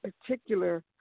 particular